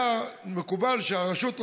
היה מקובל שהרשות,